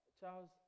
Charles